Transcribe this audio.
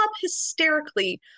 hysterically